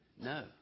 No